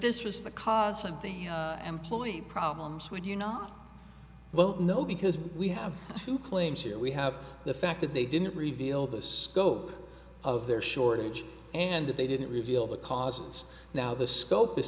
this was the cause something employee problems would you not well know because we have two claims here we have the fact that they didn't reveal the scope of their shortage and they didn't reveal the cause now the scope is